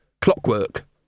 Clockwork